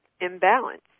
imbalance